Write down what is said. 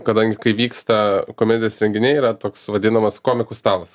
kadangi kai vyksta komedijos renginiai yra toks vadinamas komikų stalas